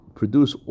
produce